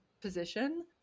position